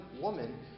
woman